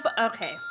Okay